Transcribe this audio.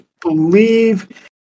believe